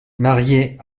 marié